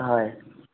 হয়